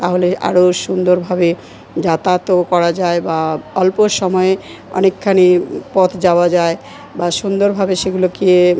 তাহলে আরও সুন্দরভাবে যাতায়াতও করা যায় বা অল্প সময়ে অনেকখানি পথ যাওয়া যায় বা সুন্দরভাবে সেগুলোকে